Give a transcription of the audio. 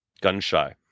gun-shy